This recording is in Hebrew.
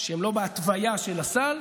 שהן לא בהתוויה של הסל.